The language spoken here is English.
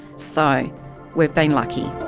so we've been lucky.